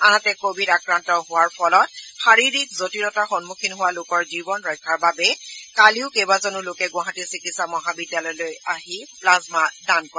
আনহাতে কভিড আক্ৰান্ত হোৱাৰ ফলত শাৰীৰিক জটিলতাৰ সন্মুখীন হোৱা লোকৰ জীৱন ৰক্ষাৰ বাবে কালিও কেইবাজনো লোকে গুৱাহাটী চিকিৎসা মহাবিদ্যালয়লৈ আহি গ্লাজমা দান কৰে